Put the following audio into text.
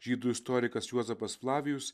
žydų istorikas juozapas flavijus